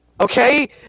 okay